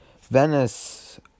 Venice